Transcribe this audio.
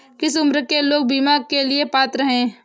किस उम्र के लोग बीमा के लिए पात्र हैं?